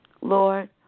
Lord